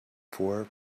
four